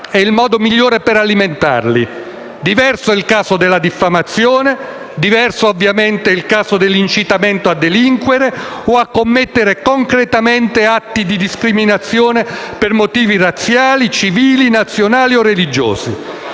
è il modo migliore per alimentarli. Diverso è il caso della diffamazione; diverso, ovviamente, è il caso dall'incitamento a delinquere o a commettere concretamente atti di discriminazione per motivi razziali, civili, nazionali o religiosi.